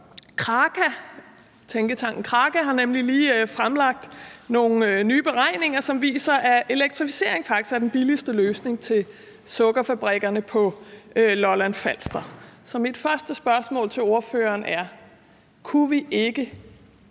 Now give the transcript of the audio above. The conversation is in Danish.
lige fremlagt nogle nye beregninger, som viser, at elektrificering faktisk er den billigste løsning til sukkerfabrikkerne på Lolland-Falster. Så mit første spørgsmål til ordføreren er: Kunne vi ikke